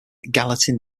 gallatin